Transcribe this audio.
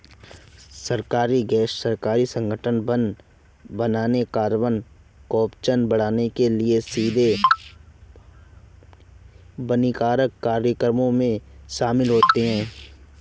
सरकारी, गैर सरकारी संगठन वन बनाने, कार्बन कैप्चर बढ़ाने के लिए सीधे वनीकरण कार्यक्रमों में शामिल होते हैं